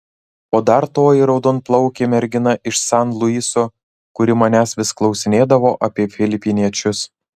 o dar toji raudonplaukė mergina iš san luiso kuri manęs vis klausinėdavo apie filipiniečius